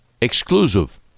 exclusive